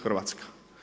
Hrvatska.